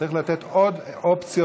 צריך לתת עוד אופציות,